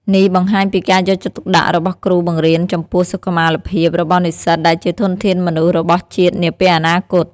នេះបង្ហាញពីការយកចិត្តទុកដាក់របស់គ្រូបង្រៀនចំពោះសុខុមាលភាពរបស់និស្សិតដែលជាធនធានមនុស្សរបស់ជាតិនាពេលអនាគត។